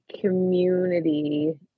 community